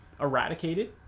eradicated